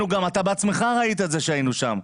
בעצמך ראית את זה כשהיינו שם.